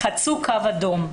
חצו קו אדום.